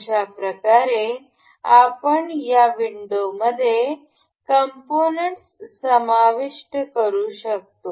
अशा प्रकारे आपण या विंडोमध्ये कॉम्पोनन्ट्स समाविष्ट करू शकतो